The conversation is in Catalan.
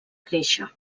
créixer